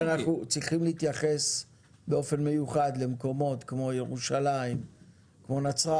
אין ספק שאנחנו צריכים להתייחס באופן מיוחד למקומות כמו ירושלים ונצרת,